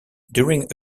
during